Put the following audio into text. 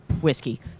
whiskey